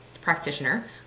practitioner